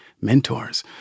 mentors